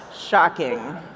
Shocking